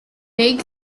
mid